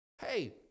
hey